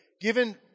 given